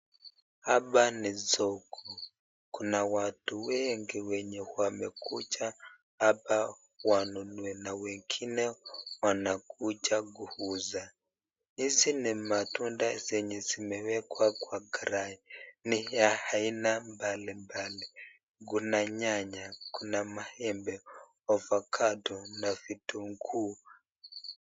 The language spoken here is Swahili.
Hapa ni soko, kuna watu wengi wenye wamekuja hapa wanunue na wengine wanakuja kuuza. Hizi ni matunda zenye zimewekwa kwa karai, ni ya aina mbalimbali, kuna nyanya, kuna maembe, ovacado na vitunguu.